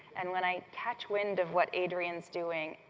and when i catch wind of what adrian is doing,